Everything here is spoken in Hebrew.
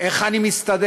איך אני מסתדר?